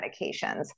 medications